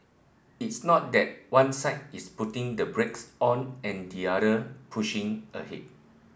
it's not that one side is putting the brakes on and the other pushing ahead